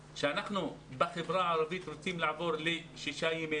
של השר שאנחנו בחברה הערבית רוצים לעבור לשישה ימי